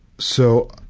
so,